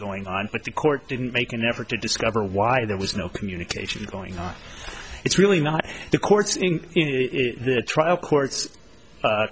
going on but the court didn't make an effort to discover why there was no communication going on it's really not the court's in the